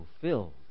fulfilled